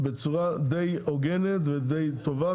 בצורה די הוגנת ודי טובה,